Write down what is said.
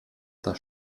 das